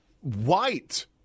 white